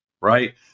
Right